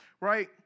right